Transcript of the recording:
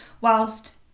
whilst